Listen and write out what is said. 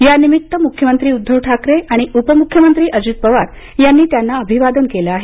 यानिमित्त म्ख्यमंत्री उद्धव ठाकरे आणि उपम्ख्यमंत्री अजित पवार यांनी त्यांना अभिवादन केलं आहे